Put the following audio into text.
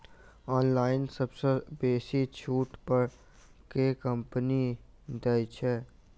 Online सबसँ बेसी छुट पर केँ कंपनी दइ छै?